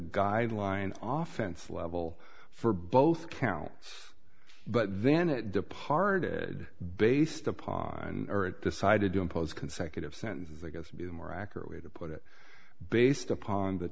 guideline off fence level for both counts but then it departed based upon or it decided to impose consecutive sentences ago to be a more accurate way to put it based upon the